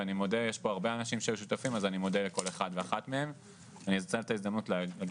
ואני מודה לכל אחד ואחת מכל האנשים הרבים שהיו שותפים לזה.